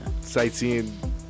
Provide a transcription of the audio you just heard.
Sightseeing